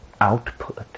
output